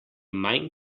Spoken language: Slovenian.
manj